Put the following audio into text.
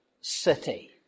city